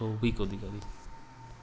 Shafiq Islam